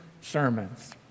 sermons